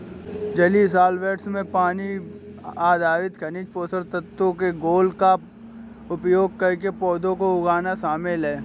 जलीय सॉल्वैंट्स में पानी आधारित खनिज पोषक तत्वों के घोल का उपयोग करके पौधों को उगाना शामिल है